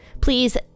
please